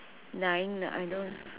nine under